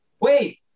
Wait